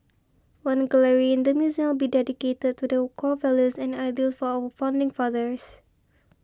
one gallery in the museum will be dedicated to the core values and ideals for our founding fathers